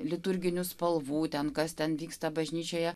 liturginių spalvų ten kas ten vyksta bažnyčioje